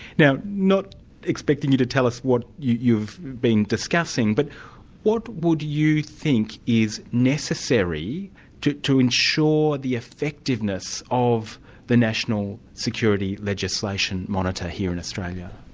now not expecting you to tell us what you've been discussing, but what would think is necessary to to ensure the effectiveness of the national security legislation monitor here in australia?